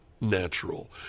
natural